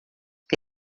que